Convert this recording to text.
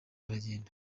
aragenda